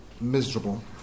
miserable